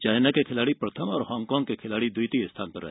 China के खिलाड़ी प्रथम और हांगकांग के खिलाड़ी द्वितीय स्थान पर रहे